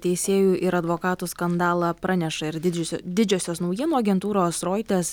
teisėjų ir advokatų skandalą praneša ir didžiosio didžiosios naujienų agentūros roiters